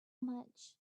much